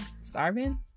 starving